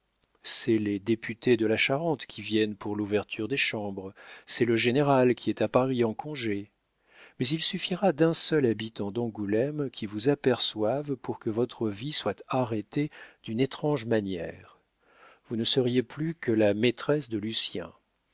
c'est les députés de la charente qui viennent pour l'ouverture des chambres c'est le général qui est à paris en congé mais il suffira d'un seul habitant d'angoulême qui vous aperçoive pour que votre vie soit arrêtée d'une étrange manière vous ne seriez plus que la maîtresse de lucien